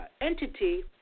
entity